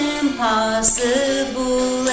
impossible